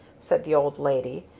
said the old lady.